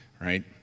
right